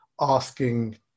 asking